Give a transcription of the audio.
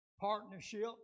partnership